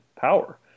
power